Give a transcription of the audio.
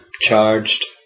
charged